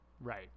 Right